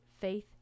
Faith